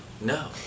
No